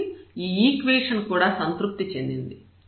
కాబట్టి ఈ ఈక్వేషన్ కూడా సంతృప్తి చెందింది